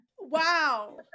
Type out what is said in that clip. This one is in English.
Wow